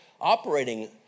operating